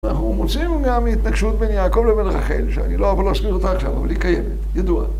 אנחנו מוצאים גם התנגשות בין יעקב לבין רחל, שאני לא אבוא להסביר אותה עכשיו, אבל היא קיימת, ידועה